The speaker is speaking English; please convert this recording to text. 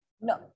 no